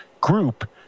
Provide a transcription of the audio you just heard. group